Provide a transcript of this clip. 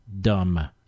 dumb